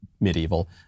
medieval